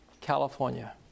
California